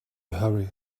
hurry